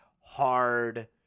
hard